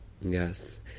Yes